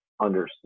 understand